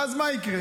ואז מה יקרה,